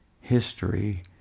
history